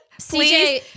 CJ